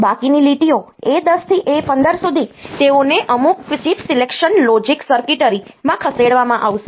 બાકીની લીટીઓ A10 થી A15 સુધી તેઓને અમુક ચિપ સિલેક્શન લોજિક સર્કિટરી માં ખવડાવવામાં આવશે